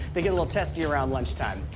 they get a little testy around lunchtime.